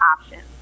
options